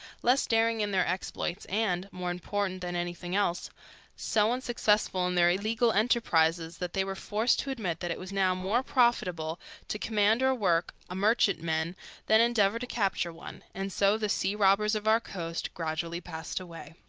less daring in their exploits, and more important than anything else so unsuccessful in their illegal enterprises that they were forced to admit that it was now more profitable to command or work a merchantman than endeavor to capture one, and so the sea-robbers of our coasts gradually passed away.